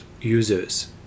users